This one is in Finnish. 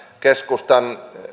keskustan